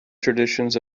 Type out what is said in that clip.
traditions